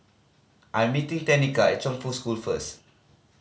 I'm meeting Tenika at Chongfu School first